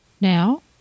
Now